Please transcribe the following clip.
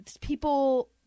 people